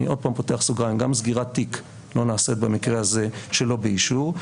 אני עוד פעם פותח סוגריים: גם סגירת תיק לא נעשית במקרה הזה שלא באישור,